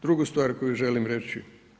Drugu stvar koju želim reći.